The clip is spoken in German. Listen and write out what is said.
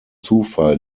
zufall